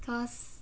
cause